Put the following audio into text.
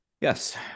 Yes